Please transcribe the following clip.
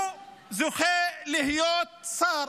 הוא זוכה להיות שר,